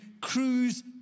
cruise